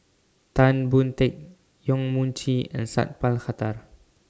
Tan Boon Teik Yong Mun Chee and Sat Pal Khattar